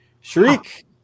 shriek